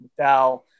McDowell